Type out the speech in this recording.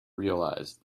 realise